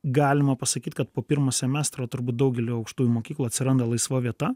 galima pasakyt kad po pirmo semestro turbūt daugeliui aukštųjų mokyklų atsiranda laisva vieta